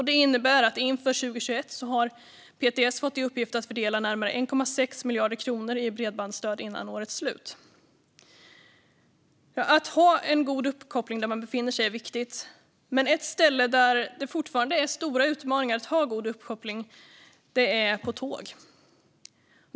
Det innebär att inför 2021 har PTS fått i uppgift att fördela närmare 1,6 miljarder kronor i bredbandsstöd innan årets slut. Att ha god uppkoppling där man befinner sig är viktigt. Men ett ställe där det fortfarande finns stora utmaningar när det gäller att ha god uppkoppling är på tåg.